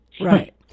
Right